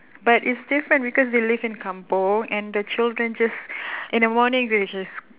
but it's different because they live in kampung and the children just in the morning they just